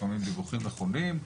לפעמים דיווחים נכונים,